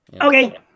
Okay